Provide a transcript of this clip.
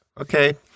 okay